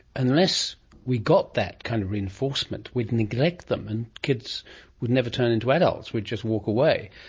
unless we got that kind of reinforcement, we'd neglect them and kids would never turn into adults. we'd just walk away.